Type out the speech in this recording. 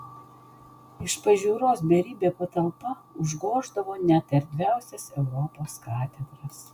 iš pažiūros beribė patalpa užgoždavo net erdviausias europos katedras